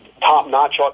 top-notch